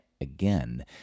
again